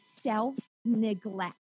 self-neglect